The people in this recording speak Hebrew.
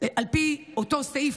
על פי אותו סעיף,